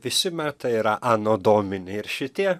visi metai yra ano domini ir šitie